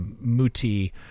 Muti